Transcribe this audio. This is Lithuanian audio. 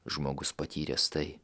žmogus patyręs tai